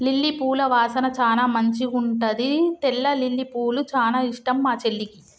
lily పూల వాసన చానా మంచిగుంటది తెల్ల లిల్లీపూలు చానా ఇష్టం మా చెల్లికి